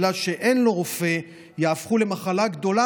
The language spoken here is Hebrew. בגלל שאין לו רופא הם יהפכו למחלה גדולה,